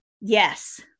Yes